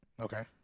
Okay